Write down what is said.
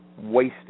wasted